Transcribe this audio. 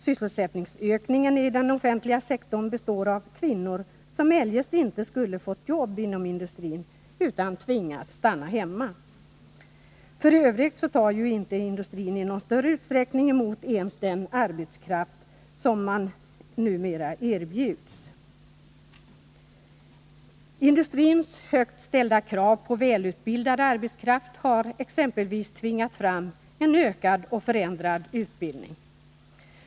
Sysselsättningsökningen inom den offentliga sektorn hänför sig till kvinnor, som eljest inte skulle ha fått arbete inom industrin utan tvingats att stanna hemma. F. ö. tar inte industrin i någon större utsträckning emot ens den arbetskraft som numera erbjuds. Industrins högt ställda krav på välutbildad arbetskraft har exempelvis tvingat fram en ökad och förändrad utbildning.